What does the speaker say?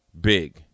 big